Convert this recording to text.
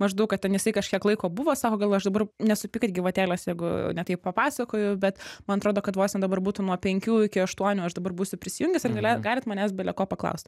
maždaug kad ten jisai kažkiek laiko buvo sako gal aš dabar nesupykit gyvatėlės jeigu ne taip papasakojau bet man atrodo kad vos ten dabar būtų nuo penkių iki aštuonių aš dabar būsiu prisijungęs ir gale galit manęs bele ko paklaust